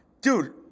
Dude